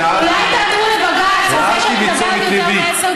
אולי תעתרו לבג"ץ על זה שאני מדברת יותר מעשר דקות.